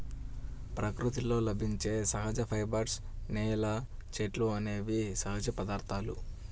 ప్రకృతిలో లభించే సహజ ఫైబర్స్, నేల, చెట్లు అనేవి సహజ పదార్థాలు